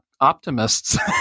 optimists